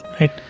Right